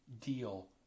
deal